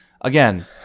again